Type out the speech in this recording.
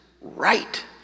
right